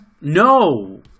No